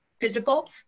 physical